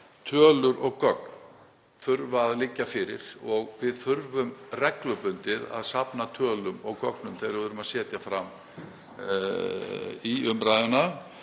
tölur og gögn þurfa að liggja fyrir og við þurfum reglubundið að safna tölum og gögnum þegar við erum að setja fram í umræðunni